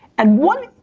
and what,